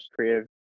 creative